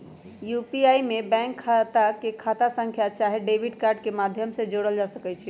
UPI में bank खता के खता संख्या चाहे डेबिट कार्ड के माध्यम से जोड़ल जा सकइ छै